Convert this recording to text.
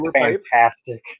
fantastic